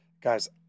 Guys